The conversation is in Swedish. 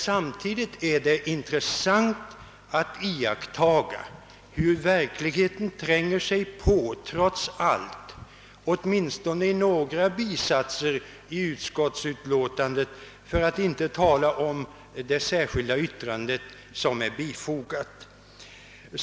Samtidigt är det intressant att iakttaga, hur verkligheten trots allt tränger sig på i åtminstone några bisatser i utskottsutlåtandet, för att inte tala om det särskilda yttrande som är bifogat.